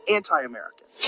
anti-American